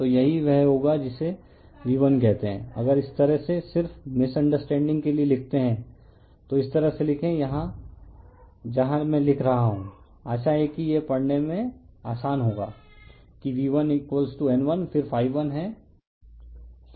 तो यही वह होगा जिसे V1 कहते हैं अगर इस तरह से सिर्फ मिसअंडरस्टैंडिंग के लिए लिखते हैं तो इस तरह से लिखें जहां मैं लिख रहा हूं आशा है कि यह पढ़ने में आसान होगा कि V1N1 फिर m हैं